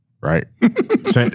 right